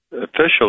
officially